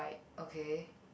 okay